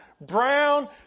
brown